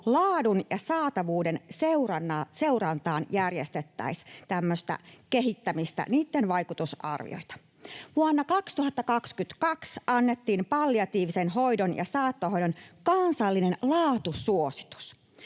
laadun ja saatavuuden seuranta järjestettäisiin ja kehitettäisiin niiden vaikutusarvioita. Vuonna 2022 annettiin palliatiivisen hoidon ja saattohoidon kansallinen laatusuositus.